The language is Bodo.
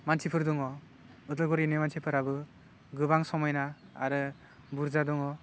मानसिफोर दङ अदालगुरिनि मानसिफोराबो गोबां सामायना आरो बुरजा दङ